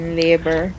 labor